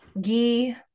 ghee